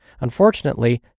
Unfortunately